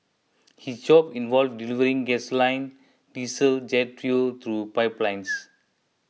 his job involved delivering gasoline diesel jet fuel through pipelines